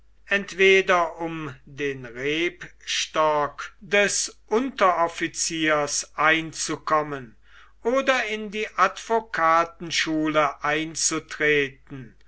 entweder um den rebstock des unteroffiziers einzukommen oder in die advokatenschule einzutreten